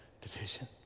division